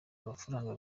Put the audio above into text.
amafaranga